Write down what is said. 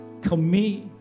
commit